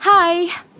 Hi